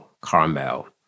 Carmel